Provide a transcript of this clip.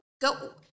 go